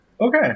Okay